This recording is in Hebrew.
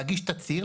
להגיש תצהיר,